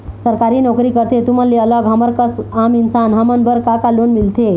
सरकारी नोकरी करथे तुमन ले अलग हमर कस आम इंसान हमन बर का का लोन मिलथे?